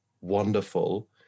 wonderful